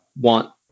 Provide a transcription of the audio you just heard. want